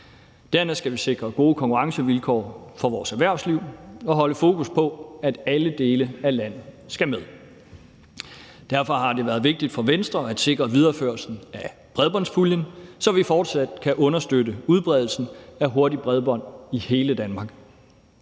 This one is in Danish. Dernæst skal vi sikre gode konkurrencevilkår for vores erhvervsliv og holde fokus på, at alle dele af landet skal med. Derfor har det været vigtigt for Venstre at sikre videreførelsen af bredbåndspuljen, så vi fortsat kan understøtte udbredelsen af hurtigt bredbånd i hele Danmark.